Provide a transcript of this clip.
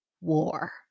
War